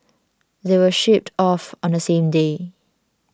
they were shipped off on the same day